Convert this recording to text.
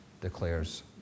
declares